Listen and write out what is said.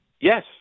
Yes